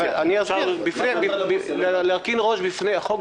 צריך להרכין ראש בפני החוק,